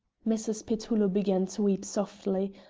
mrs. petullo began to weep softly,